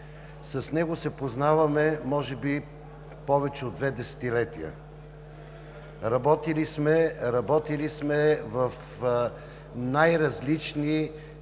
С него се познаваме може би повече от две десетилетия. Работили сме в най-различни